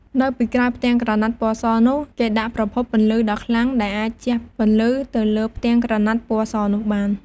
នៅពីក្រោយផ្ទាំងក្រណាត់ពណ៌សនោះ គេដាក់ប្រភពពន្លឺដ៏ខ្លាំង ដែលអាចជះពន្លឺទៅលើផ្ទាំងក្រណាត់ពណ៌សនោះបាន។